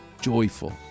joyful